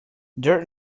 dirt